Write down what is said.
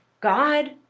God